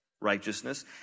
righteousness